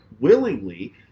willingly